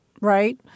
right